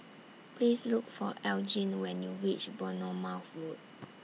Please Look For Elgin when YOU REACH Bournemouth Road